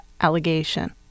allegation